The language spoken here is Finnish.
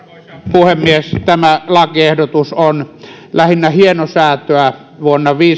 puhemies tämä lakiehdotus on lähinnä hienosäätöä vuonna